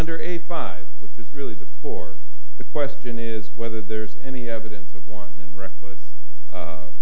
under eighty five which is really the four the question is whether there's any evidence of one and reck